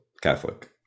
Catholic